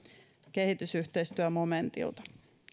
kehitysyhteistyömomentilta